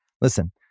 Listen